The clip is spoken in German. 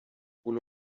kohle